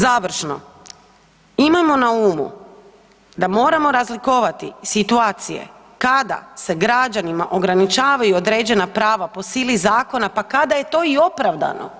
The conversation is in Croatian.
Dakle, završno, imamo na umu da moramo razlikovati situacije kada se građanima ograničavaju određena prava po sili zakona pa kada je to i opravdano.